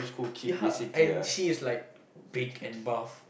ya and she is like big and buff